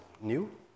new